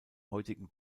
heutigen